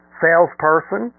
salesperson